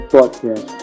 Podcast